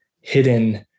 hidden